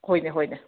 ꯍꯣꯏꯅꯦ ꯍꯣꯏꯅꯦ